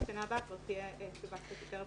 שנה הבאה כבר תהיה תשובה קצת יותר ברורה.